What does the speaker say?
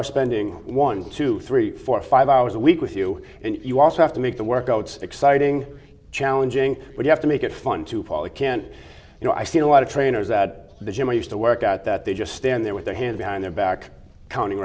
are spending one two three four five hours a week with you and you also have to make the workouts exciting challenging but you have to make it fun to follow can't you know i think a lot of trainers at the gym are used to work out that they just stand there with their hands behind their back counting